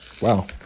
Wow